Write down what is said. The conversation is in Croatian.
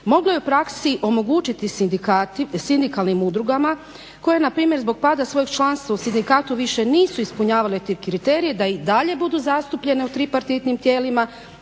moglo je u praksi omogućiti sindikalnim udrugama koje na primjer zbog pada svojeg članstva u sindikatu više nisu ispunjavale kriterije da i dalje budu zastupljene u tripartitnim tijelima